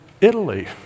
Italy